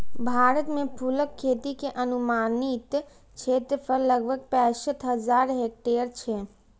भारत मे फूलक खेती के अनुमानित क्षेत्रफल लगभग पैंसठ हजार हेक्टेयर छै